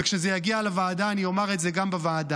וכשזה יגיע לוועדה אני אומר את זה גם בוועדה.